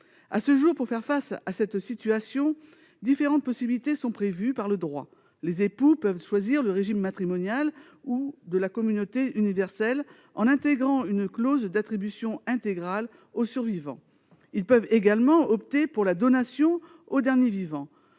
maison. Pour faire face à cette situation, différentes possibilités sont prévues par le droit. Les époux peuvent choisir le régime matrimonial de la communauté universelle en intégrant une clause d'attribution intégrale au survivant. Ils peuvent également opter pour la donation au dernier vivant.